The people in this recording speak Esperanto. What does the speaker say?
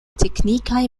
teknikaj